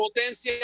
Potencia